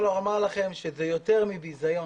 אני יכול לומר לכם שזה יותר מביזיון.